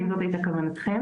האם זאת הייתה כוונתכם?